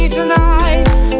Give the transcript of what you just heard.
tonight